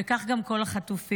וכך גם כל החטופים.